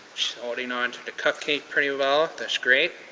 she's holding onto the cupcake pretty well. that's great.